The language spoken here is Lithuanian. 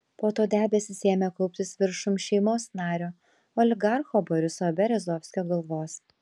po to debesys ėmė kauptis viršum šeimos nario oligarcho boriso berezovskio galvos